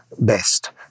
best